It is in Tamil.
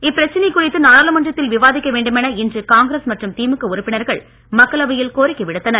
இப் பிரச்சனை குறித்து நாடாளுமன்றத்தில் விவாதிக்க வேண்டுமென இன்று காங்கிரஸ் மற்றும் திமுக உறுப்பினர்கள் மக்களவையில் கோரிக்கை விடுத்தனர்